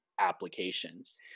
applications